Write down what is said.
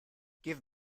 give